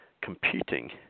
competing